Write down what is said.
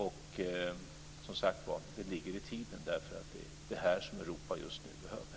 Och, som sagt var, det ligger i tiden, därför att det är det här som Europa just nu behöver.